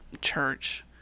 church